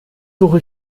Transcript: suche